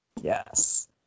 Yes